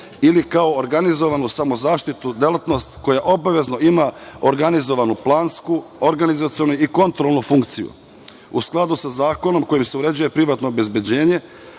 ili kao organizovanu samozaštitu. Delatnost koja obavezno ima organizovanu plansku, organizacionu i kontrolnu funkciju, u skladu sa zakonom kojim se uređuje privatno obezbeđenje,